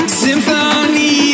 symphony